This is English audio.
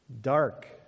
Dark